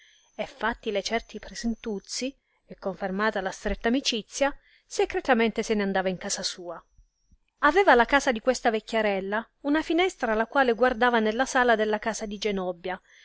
e fattile certi presentuzzi e confermata la stretta amicizia secretamente se ne andava in casa sua aveva la casa di questa vecchiarella una finestra la quale guardava nella sala della casa di genobbia